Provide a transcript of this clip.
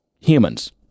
humans